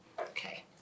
Okay